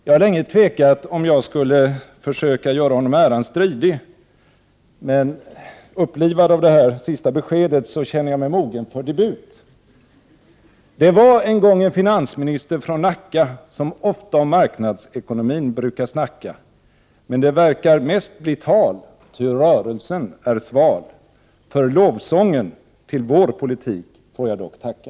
Jag har länge tvekat om att försöka göra honom äran stridig. Men upplivad av det senaste beskedet känner jag mig mogen för debut. som ofta om marknadsekonomi bruka” snacka. Men det verkar mest bli tal, ty rörelsen är sval, för lovsången till vår politik får jag dock tacka.